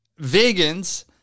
vegans